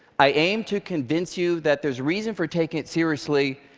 i aim to convince you that there's reason for taking it seriously,